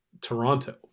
Toronto